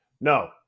No